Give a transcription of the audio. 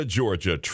Georgia